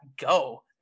go